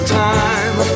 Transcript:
time